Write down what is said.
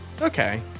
Okay